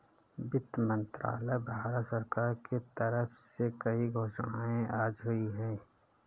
वित्त मंत्रालय, भारत सरकार के तरफ से कई घोषणाएँ आज हुई है